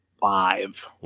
five